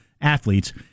athletes